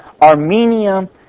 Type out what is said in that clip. Armenia